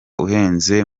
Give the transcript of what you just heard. uhenze